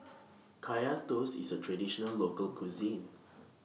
Kaya Toast IS A Traditional Local Cuisine